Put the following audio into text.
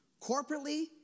corporately